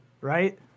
right